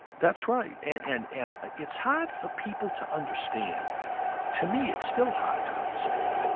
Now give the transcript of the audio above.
that's right. and and it's hard for people to understand i think. to me it's still hard to understand,